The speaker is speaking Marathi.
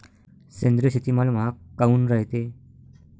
सेंद्रिय शेतीमाल महाग काऊन रायते?